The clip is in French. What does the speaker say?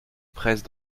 presse